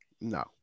No